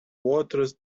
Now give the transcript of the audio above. waters